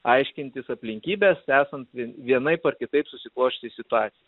aiškintis aplinkybes esant vienaip ar kitaip susiklosčiusiai situacijai